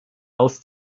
aus